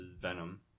Venom